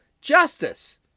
justice